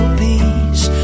peace